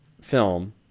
film